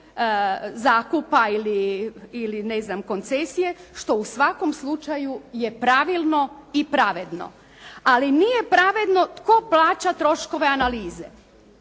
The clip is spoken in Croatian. zakupa ili ne znam koncesije što u svakom slučaju je pravilno i pravedno. Ali nije pravedno tko plaća troškove analize.